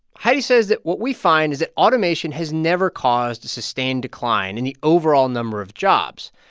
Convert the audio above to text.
heidi says that what we find is that automation has never caused a sustained decline in the overall number of jobs.